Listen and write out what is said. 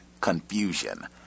confusion